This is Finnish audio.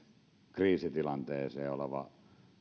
kriisitilanteeseen liittyvä